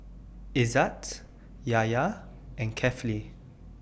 Izzat Yahya and Kefli